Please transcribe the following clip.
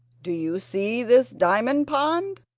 do you see this diamond pond?